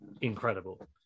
incredible